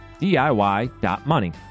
DIY.money